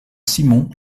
simon